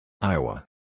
Iowa